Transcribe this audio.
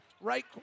Right